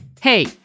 Hey